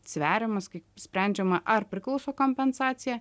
sveriamas kai sprendžiama ar priklauso kompensacija